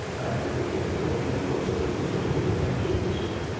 i never could get going. and of course the business was over then too. so